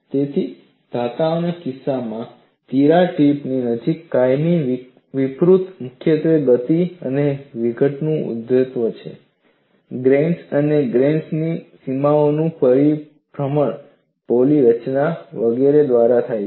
તેથી ધાતુઓના કિસ્સામાં તિરાડ ટીપની નજીકમાં કાયમી વિરૂપતા મુખ્યત્વે ગતિ અને વિઘટનનું ઉદ્ભવવું ગ્રેઈન્સ અને ગ્રેઈન્સ ની સીમાઓનું પરિભ્રમણ પોલી રચના વગેરે દ્વારા થાય છે